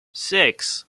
six